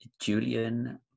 Julian